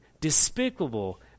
despicable